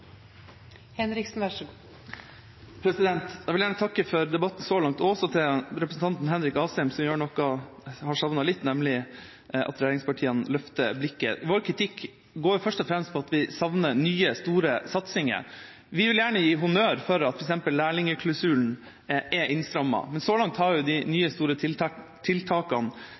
Henrik Asheim, som gjør noe jeg har savnet litt, nemlig at regjeringspartiene løfter blikket. Vår kritikk går først og fremst på at vi savner nye, store satsinger. Vi vil gjerne gi honnør for at f.eks. lærlingklausulen er innstrammet, men så langt har de